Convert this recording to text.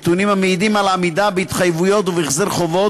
המעידים על עמידה בהתחייבויות ובהחזר חובות.